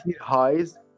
highs